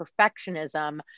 perfectionism